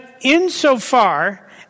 insofar